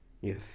Yes